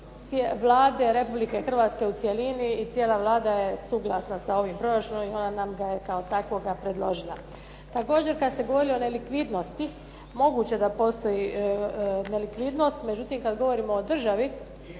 Vlade Republike Hrvatske u cjelini i cijela Vlada suglasna sa ovim proračunom i ona nam ga je kao takvog i predložila. Također kada se govori o nelikvidnosti moguće da postoji nelikvidnost, međutim kada govorimo o državi,